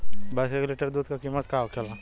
भैंस के एक लीटर दूध का कीमत का होखेला?